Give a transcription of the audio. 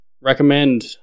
recommend